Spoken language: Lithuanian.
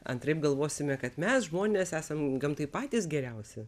antraip galvosime kad mes žmonės esam gamtai patys geriausi